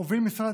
הוביל משרד